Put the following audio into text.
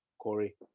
Corey